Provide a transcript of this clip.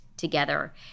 together